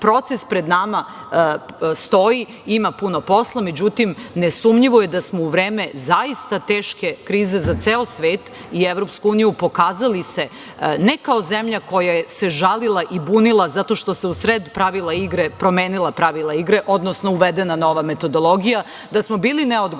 proces pred nama stoji, ima puno posla, međutim, nesumnjivo je da smo se u vreme zaista teške krize za ceo svet i Evropsku uniju pokazali ne kao zemlja koja se žalila i bunila zato što su se usred igre promenila pravila igre, odnosno uvedena nova metodologija. Da smo bili neodgovorna